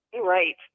Right